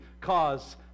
cause